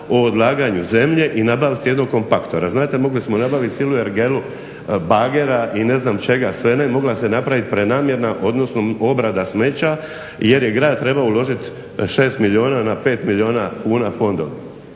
o odlaganju zemlje i nabavci jednog kompaktora. Znate, mogli smo nabaviti cijelu ergelu bagera i ne znam čega sve ne. Mogla se napraviti prenamjena, odnosno obrada smeća jer je grad trebao uložiti 6 milijuna na 5 milijuna kuna fondova.